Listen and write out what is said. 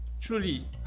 truly